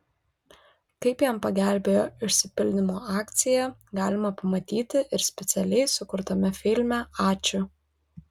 kaip jam pagelbėjo išsipildymo akcija galima pamatyti ir specialiai sukurtame filme ačiū